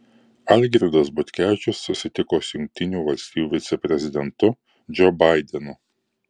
algirdas butkevičius susitiko su jungtinių valstijų viceprezidentu džo baidenu